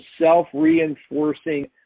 self-reinforcing